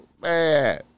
man